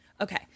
okay